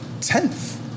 tenth